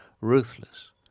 ruthless